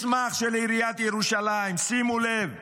מסמך של עיריית ירושלים, שימו לב.